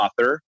author